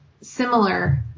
similar